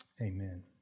Amen